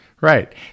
Right